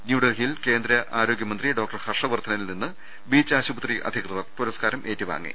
ന്യൂഡൽഹിയിൽ കേന്ദ്ര ആരോ ഗൃമന്ത്രി ഡോക്ടർ ഹർഷവർധനിൽ നിന്ന് ബീച്ച് ആശുപത്രി അധികൃതർ പുരസ്കാരം ഏറ്റുവാങ്ങി